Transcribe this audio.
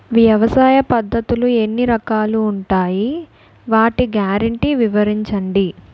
వ్యవసాయ పద్ధతులు ఎన్ని రకాలు ఉంటాయి? వాటి గ్యారంటీ వివరించండి?